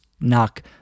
knock